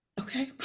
okay